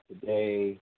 today